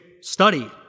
study